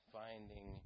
finding